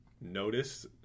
notice